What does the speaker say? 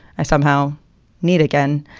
i somehow need again.